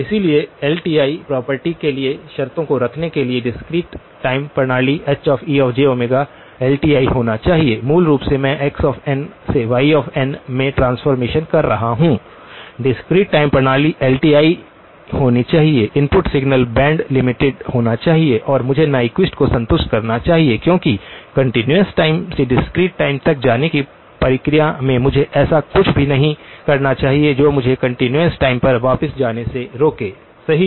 इसलिए L T I property के लिए शर्तों को रखने के लिए डिस्क्रीट टाइम प्रणाली Hejω एल टी आई होना चाहिए मूल रूप से मैं x n से y n में ट्रांसफॉर्मेशन कर रहा हूं डिस्क्रीट टाइम प्रणाली एल टी आई होनी चाहिए इनपुट सिग्नल बैंड लिमिटेड होना चाहिए और मुझे न्यक्विस्ट को संतुष्ट करना चाहिए क्योंकि कंटीन्यूअस टाइम से डिस्क्रीट टाइम तक जाने की प्रक्रिया में मुझे ऐसा कुछ भी नहीं करना चाहिए जो मुझे कंटीन्यूअस टाइम पर वापस जाने से रोके सही